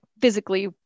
physically